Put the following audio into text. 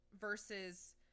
versus